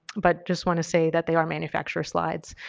but just want to say that they are manufacturer slides.